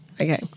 Okay